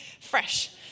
fresh